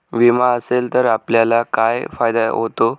विमा असेल तर आपल्याला काय फायदा होतो?